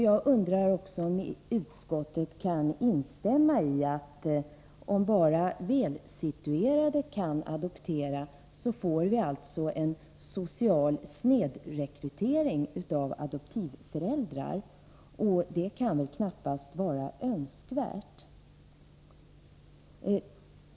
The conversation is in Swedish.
Jag undrar också om utskottet kan instämma i att om bara välsituerade har möjlighet att adoptera, så får vi en social snedrekrytering av adoptivföräldrar, och det kan väl knappast vara önskvärt.